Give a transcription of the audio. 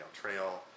Trail